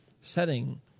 setting